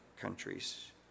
countries